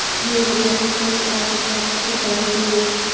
मेरे भाई ने कृषि अर्थशास्त्र की पढ़ाई की है